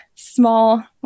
small